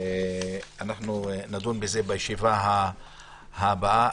נדון בזה בישיבה הבאה.